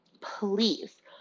Please